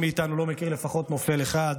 מי מאיתנו לא מכיר לפחות נופל אחד,